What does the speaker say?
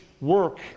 work